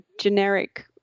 generic